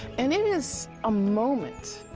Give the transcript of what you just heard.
and it is a moment,